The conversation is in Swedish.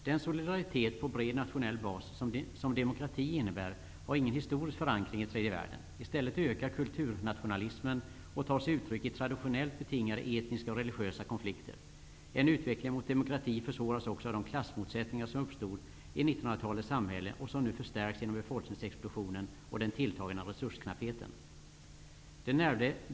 Den solidaritet på bred nationell bas som demokrati innebär har ingen historisk förankring i tredje världen. I stället ökar kulturnationalismen. Den tar sig uttryck i traditionellt betingade etniska och religiösa konflikter. En utveckling mot demokrati försvåras också av de klassmotsättningar som uppstod i 1900-talets samhälle och som nu förstärks genom befolkningsexplosionen och den tilltagande resursknappheten.